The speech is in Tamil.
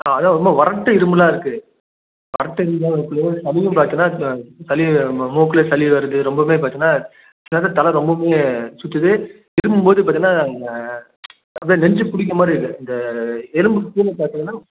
ஆ அதுதான் ரொம்ப வறட்டு இருமலாக இருக்குது வறட்டு இருமலாக வரக்குள்ளே சளியும் பார்த்தினா சளி மூக்கில் சளி வருது ரொம்பவுமே பார்த்தினா சில நேரத்தில் தலை ரொம்பவுமே சுற்றுது இரும்மும்போது பார்த்தினா அப்படியே நெஞ்சு பிடிக்கிற மாதிரி இருக்குது இந்த எலும்புக்கு கீழே பார்த்திங்கன்னா